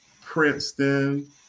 Princeton